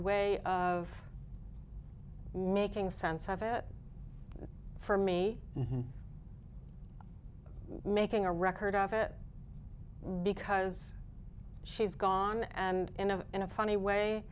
way of making sense of it for me and making a record of it because she's gone and in a in a funny way